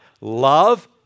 Love